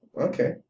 Okay